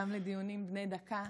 גם לדיונים בני דקה.